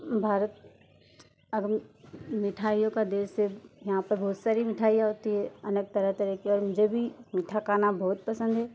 भारत आज भी मिठाइयों का देश है यहाँ पर वो सभी मिठाइयाँ होती हैं अनेक तरह तरह की अन जो भी मीठा खाना बहुत पसंद है